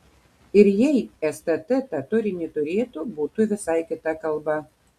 ir jei stt tą turinį turėtų būtų visai kita kalba